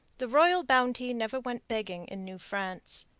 the royal bounty never went begging in new france.